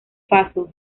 faso